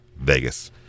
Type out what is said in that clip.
Vegas